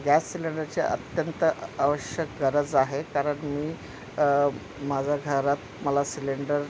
gas सिलेंडरचे अत्यंत आवश्यक गरज आहे कारण मी माझ्या घरात मला सिलेंडर